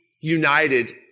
united